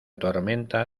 tormenta